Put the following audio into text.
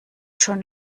schon